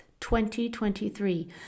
2023